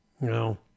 No